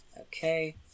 Okay